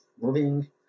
moving